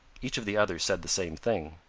each of the others said the same thing.